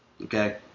okay